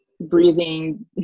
breathing